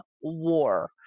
war